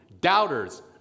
doubters